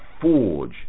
forge